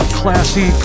classy